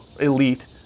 elite